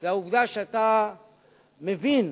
זה העובדה שאתה מבין